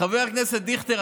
חבר הכנסת דיכטר,